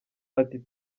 ati